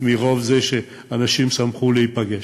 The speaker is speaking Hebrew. מרוב זה שאנשים שמחו להיפגש.